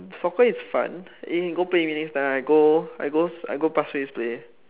soccer is fun you can go play with me next time I go I go I go Pasir-Ris play